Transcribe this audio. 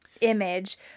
image